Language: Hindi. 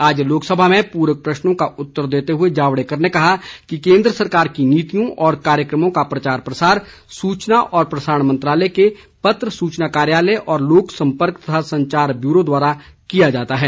आज लोकसभा में पूरक प्रश्नों का उत्तर देते हुए जावड़ेकर ने कहा कि केन्द्र सरकार की नीतियों और कार्यक्रमों का प्रचार प्रसार सूचना और प्रसारण मंत्रालय के पत्र सूचना कार्यालय और लोक सम्पर्क तथा संचार ब्यूरो द्वारा किया जाता है